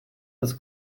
das